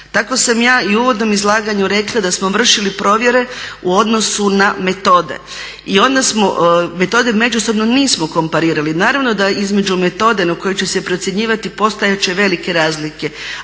Tako sam ja i u uvodnom izlaganju da smo vršili provjere u odnosu na metode. I onda smo, metode međusobno nismo komparirali. Naravno da između metode na kojoj će se procjenjivati postojati će velike razlike.